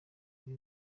ari